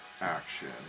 action